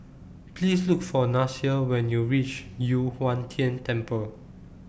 Please Look For Nasir when YOU REACH Yu Huang Tian Temple